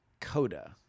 Coda